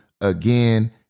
again